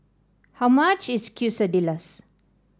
how much is Quesadillas